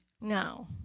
no